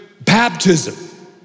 baptism